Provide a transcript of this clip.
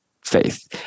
faith